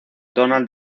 donald